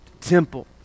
temple